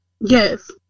Yes